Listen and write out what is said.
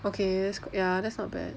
okay that's ya that's not bad